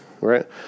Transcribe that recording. right